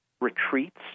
retreats